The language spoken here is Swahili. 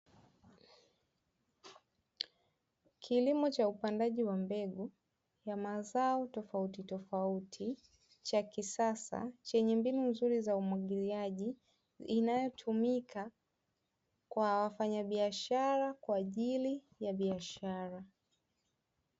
Kilimo cha upandaji wa mbegu wa mazao tofautitofauti cha kisasa chenye mbinu nzuri za umwagiliaji, inayotumika kwa wafanyabiashara kwa ajili ya biashara.